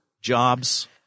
jobs